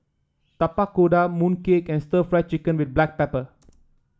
Tapak Kuda Mooncake and Stir Fried Chicken with Black Pepper